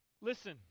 listen